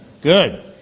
Good